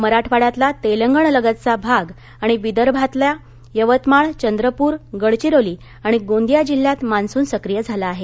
मराठवाड्यातला तेलंगण लगतचा भाग आणि विदर्भातल्या यवतमाळ चंद्रपूर गडचिरोली आणि गोंदिया जिल्ह्यात मान्सून सक्रीय झाला आहे